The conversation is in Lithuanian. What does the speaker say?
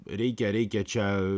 reikia reikia čia